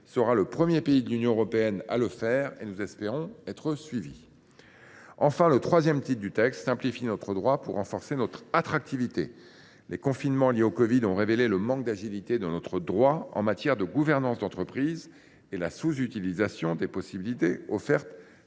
sera le premier pays de l’Union européenne à autoriser cette mesure, et nous espérons être suivis. Enfin, le titre III vise à simplifier notre droit pour renforcer notre attractivité. Les confinements liés à la covid 19 ont révélé le manque d’agilité de notre droit en matière de gouvernance d’entreprise et la sous utilisation des possibilités offertes